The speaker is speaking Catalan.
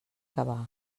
cavar